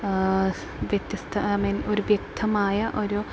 വ്യത്യസ്ത I mean ഒരു വ്യക്തമായ ഒരു